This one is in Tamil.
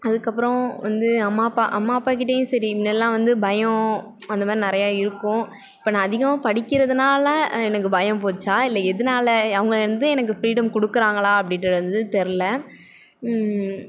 அதுக்கப்புறம் வந்து அம்மா அப்பா அம்மா அப்பா கிட்டேயும் சரி மின்னெல்லாம் வந்து பயம் அந்தமாதிரி நிறைய இருக்கும் இப்போ நான் அதிகமாக படிக்கிறதினால எனக்கு பயம் போச்சா இல்லை எதனாலே அவங்க வந்து எனக்கு ஃப்ரீடம் கொடுக்குறாங்களா அப்படின்றது வந்து தெரில